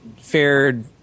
fared